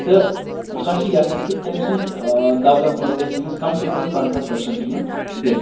تہٕ سۄ چھِ یَژھان کہِ تیٚمسٕنٛزِ دولت منٛز گژھِ تیٚمِس کم سے کم پَنٛژاہ پٔرسَنٛٹ یُن دِنہٕ